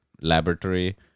laboratory